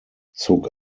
zog